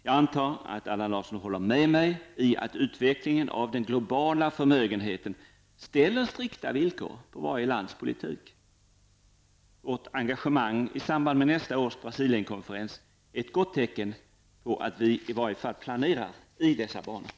Jag antar att Allan Larsson håller med mig om att utvecklingen av den globala förmögenheten ställer strikta villkor på varje lands politik. Vårt engagemang i samband med nästa års Brasilenkonferens är ett gott tecken på att vi i varje fall planerar i dessa banor.